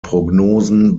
prognosen